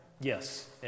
Yes